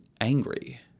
angry